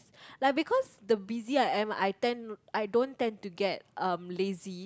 like because the busy I am I tend I don't tend to get um lazy